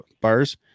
bars